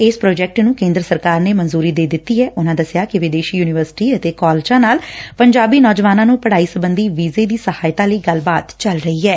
ਇਸ ਪੂਾਜੈਕਟ ਨੂੰ ਕੇਂਦਰ ਸਰਕਾਰ ਨੇਂ ਮਨਜ਼ਰੀ ਦੇ ਦਿੱਤੀ ਏ ਉਨਾਂ ਦੱਸਿਆ ਕਿ ਵਿਦੇਸੀ ਯਨੀਵਰਸਿਟੀ ਅਤੇ ਕਾਲਜਾਂ ਨਾਲ ਪੰਜਾਬੀ ਨੌਜਵਾਨਾਂ ਨੂੰ ਪੜ੍ਹਾਈ ਸਬੰਧੀ ਵੀਜ਼ੇ ਦੀ ਸਹਾਇਤਾ ਲਈ ਗੱਲਬਾਤ ਚੱਲ ਰਹੀ ਏ